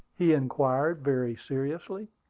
he inquired very seriously.